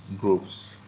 groups